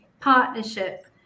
partnership